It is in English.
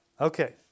Okay